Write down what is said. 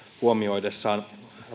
huomioidessaan